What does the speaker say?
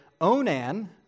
Onan